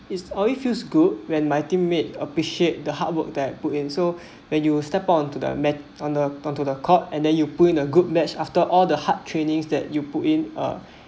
it's always feels good when my teammate appreciate the hard work that put in so when you step onto the mat~ on the onto the court and then you put in a good match after all the hard trainings that you put in a